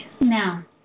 Now